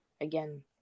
again